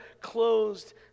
closed